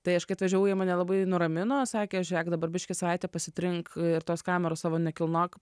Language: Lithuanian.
tai aš kai atvažiavau jie mane labai nuramino sakė žiūrėk dabar biškis savaitę pasitrink tos kameros savo nekilnok